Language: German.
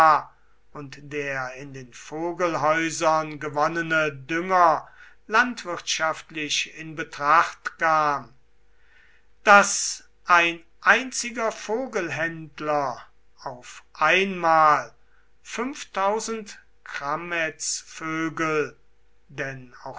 und der in den vogelhäusern gewonnene dünger landwirtschaftlich in betracht kam daß ein einziger vogelhändler auf einmal krammetsvögel denn